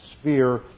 sphere